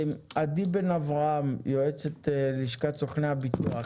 עדי בן אברהם, יועצת לשכת סוכני הביטוח.